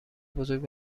بزرگ